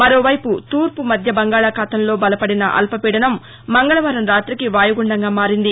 మరోవైపు తూర్పు మధ్య బంగాళాఖాతంలో బలపడిన అల్పపీడనం మంగళవారం రాతికి వాయుగుండంగా మారింది